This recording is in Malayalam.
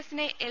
എസിനെ എൽ